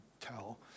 Tell